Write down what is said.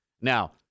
Now